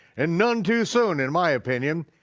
and none too soon in my opinion.